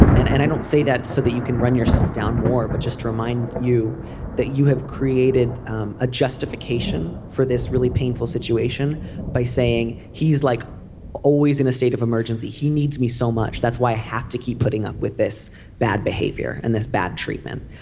and and i don't say that so that you can run yourself down more but just remind you that you have created um a justification for this really painful situation by saying he's like always in a state of emergency. he needs me so much that's why i have to keep putting up with this bad behavior and this bad treatment.